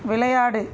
விளையாடு